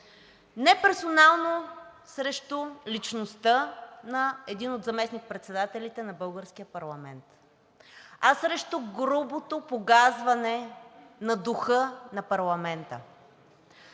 не персонално срещу личността на един от заместник председателите на българския парламент, а срещу грубото погазване на духа на парламента.